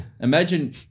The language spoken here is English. Imagine